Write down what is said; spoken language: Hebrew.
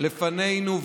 לפנינו.